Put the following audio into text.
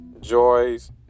joys